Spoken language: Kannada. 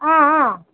ಆಂ ಆಂ